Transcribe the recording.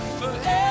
forever